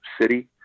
city